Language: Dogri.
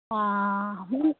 हां